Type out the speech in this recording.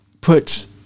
put